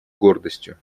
гордостью